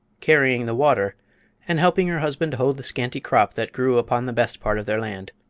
carrying the water and helping her husband hoe the scanty crop that grew upon the best part of their land.